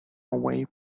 away